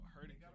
hurting